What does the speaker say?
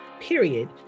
period